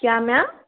क्या मैम